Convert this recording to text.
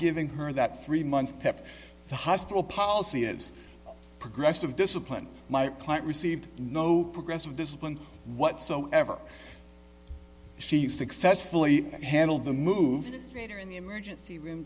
giving her that three month pep the hospital policy is progressive discipline my client received no progressive discipline whatsoever she successfully handled the move to straighter in the emergency room